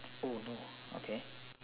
oh no okay